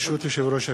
ברשות יושב-ראש הכנסת,